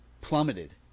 plummeted